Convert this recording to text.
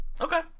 Okay